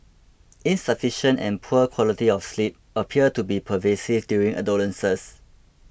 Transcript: insufficient and poor quality of sleep appear to be pervasive during adolescence